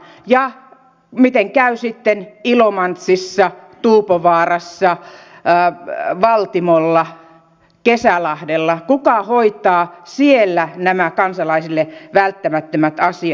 ja miten käy sitten ilomantsissa tuupovaarassa valtimolla kesälahdella kuka hoitaa siellä nämä kansalaisille välttämättömät asiat